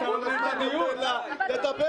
למה אתה נותן לה לדבר?